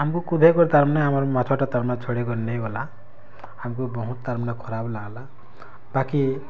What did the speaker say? ଆମ୍କୁ କୁଦେଇକରି ତାର୍ମାନେ ଆମର୍ ମାଛଟା ତାମାନେ ଛଡ଼ାଇ କରି ନେଇଗଲା ଆମ୍କୁ ବହୁତ୍ ତାର୍ମାନେ ଖରାପ୍ ଲାଗ୍ଲା ବାକି